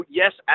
yes